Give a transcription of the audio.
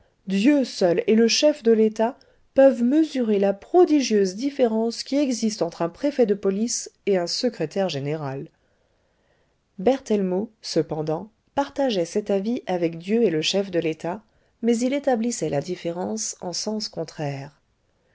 dieu seul et le chef de l'etat peuvent mesurer la prodigieuse différence qui existe entre un préfet de police et un secrétaire général berthellemot cependant partageait cet avis avec dieu et le chef de l'etat mais il établissait la différence en sens contraire